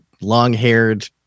long-haired